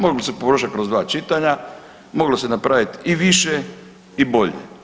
Moglo se poboljšati kroz dva čitanja, moglo se napraviti i više i bolje.